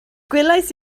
gwelais